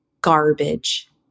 Garbage